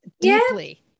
deeply